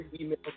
email